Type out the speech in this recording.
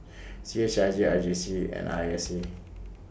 C H I J R J C and I S A